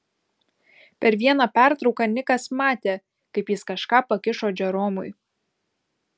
per vieną pertrauką nikas matė kaip jis kažką pakišo džeromui